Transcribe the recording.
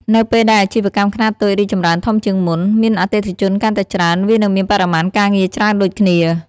នៅពេលដែលអាជីវកម្មខ្នាតតូចរីកចម្រើនធំជាងមុន មានអតិថិជនកាន់តែច្រើន វានឹងមានបរិមាណការងារច្រើនដូចគ្នា។